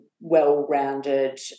well-rounded